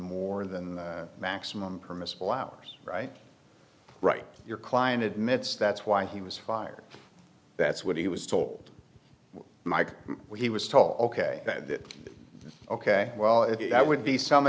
more than maximum permissible hours right right your client admits that's why he was fired that's what he was told mike he was tall ok that ok well if that would be some